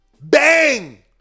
Bang